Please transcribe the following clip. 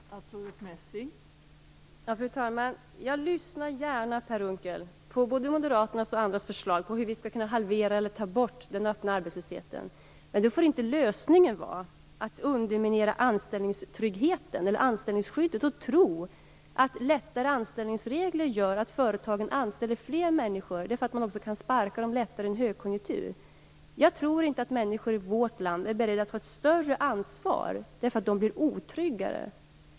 Fru talman! Jag lyssnar gärna, Per Unckel, på både Moderaternas och andras förslag om hur vi skall kunna halvera eller ta bort den öppna arbetslösheten. Men lösningen får inte vara att man underminerar anställningstryggheten eller anställningsskyddet och tror att enklare anställningsregler gör att företagen anställer fler människor därför att man också kan sparka dem lättare i en högkonjunktur. Jag tror inte att människor i vårt land är beredda att ta ett större ansvar därför att de blir otryggare.